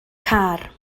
car